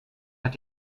hat